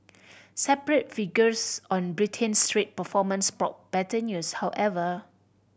separate figures on Britain's trade performance brought better news however